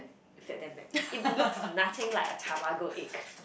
it failed damn badly it looks nothing like a Tamago egg